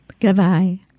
Goodbye